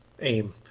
aim